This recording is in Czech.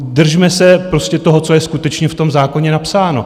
Držme se prostě toho, co je skutečně v tom zákoně napsáno.